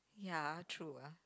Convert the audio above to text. ya true lah